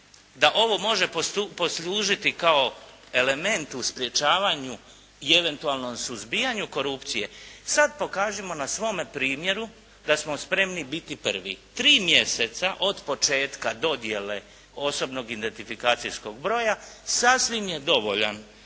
da ovo može poslužiti kao element u sprječavanju i eventualnom suzbijanju korupcije sada pokažimo na svome primjeru da smo spremni biti prvi. Tri mjeseca od početka dodjele osobnog identifikacijskog broja sasvim je dovoljan